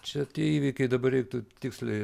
čia tie įvykiai dabar reiktų tiksliai